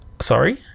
Sorry